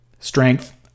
Strength